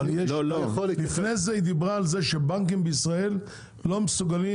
לפני זה היא דיברה על זה שבנקים בישראל לא מסוגלים,